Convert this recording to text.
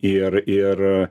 ir ir